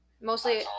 mostly